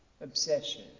obsession